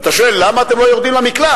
ואתה שואל: למה אתם לא יורדים למקלט?